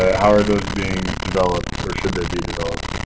how are those being developed, or should they be developed?